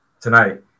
tonight